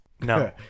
no